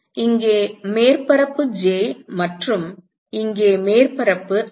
எனவே இங்கே மேற்பரப்பு j மற்றும் இங்கே மேற்பரப்பு i